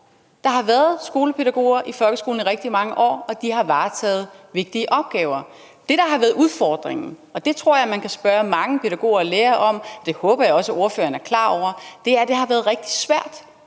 Der har været skolepædagoger i folkeskolen i rigtig mange år, og de har varetaget vigtige opgaver. Det, der har været udfordringen – og det tror jeg man kan spørge mange pædagoger og lærere om, det håber jeg også spørgeren er klar over – er, at det har været rigtig svært